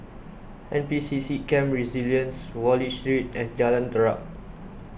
N P C C Camp Resilience Wallich Street and Jalan Terap